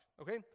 Okay